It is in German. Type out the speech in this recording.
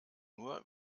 nur